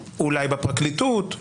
אולי בפרקליטות,